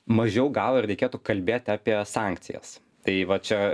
mažiau gal ir reikėtų kalbėt apie sankcijas tai va čia